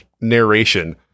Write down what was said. narration